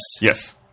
Yes